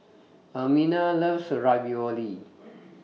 Ermina loves Ravioli